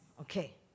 Okay